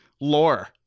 lore